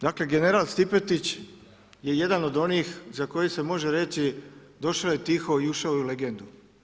Dakle, general Stipetić je jedan od onih za koje se može reći došao je tiho i ušao je u legendu.